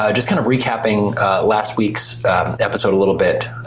ah just kind of recapping last week's episode a little bit?